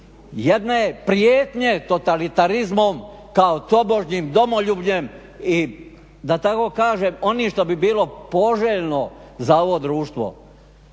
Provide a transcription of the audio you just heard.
jedne prijetnje totalitarizmom kao tobožnjim domoljubljem i da tako kažem oni što bi bilo poželjno za ovo društvo.